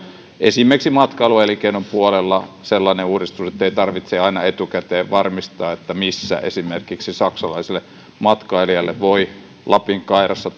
esimerkiksi matkailuelinkeinon puolella sellainen uudistus ettei tarvitse aina etukäteen varmistaa missä esimerkiksi saksalaiselle matkailijalle voi lapin kairassa